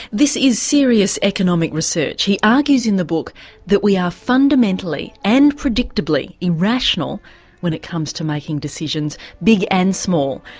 this is serious economic research. he argues in the book that we are fundamentally and predictably irrational when it comes to making decisions big and small.